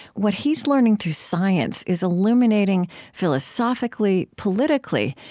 what he's learning through science is illuminating philosophically, politically,